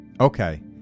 Okay